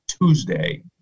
Tuesday